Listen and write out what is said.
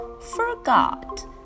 forgot